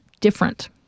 different